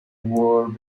war